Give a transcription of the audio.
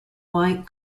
white